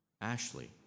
Ashley